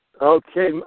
okay